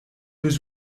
was